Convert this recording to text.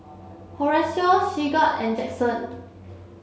Horacio Sigurd and Jackson